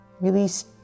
Release